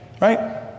right